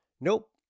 Nope